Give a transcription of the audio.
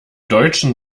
deutschen